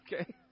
Okay